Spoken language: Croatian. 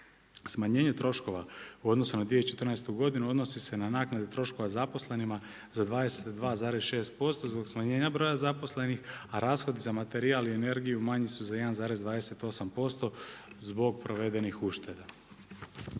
Smanjenje troškova u odnosu na 2014. godinu odnosi se na naknade troškova zaposlenima za 22,6% zbog smanjenja broja zaposlenih, a rashodi za materijal i energiju manji su za 1,28% zbog provedenih ušteda.